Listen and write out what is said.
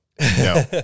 no